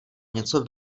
něco